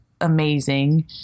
amazing